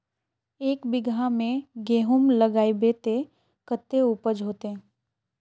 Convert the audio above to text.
एक बिगहा में गेहूम लगाइबे ते कते उपज होते?